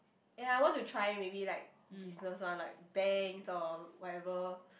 and I want to try maybe like business one like banks or whatever